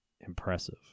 impressive